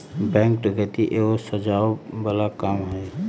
bank डकैती एगो सजाओ बला काम हई